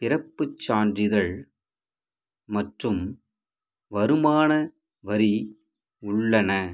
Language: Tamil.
பிறப்புச் சான்றிதழ் மற்றும் வருமான வரி உள்ளன